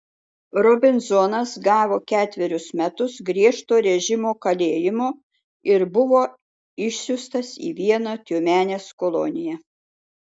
robinzonas gavo ketverius metus griežto režimo kalėjimo ir buvo išsiųstas į vieną tiumenės koloniją